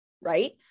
right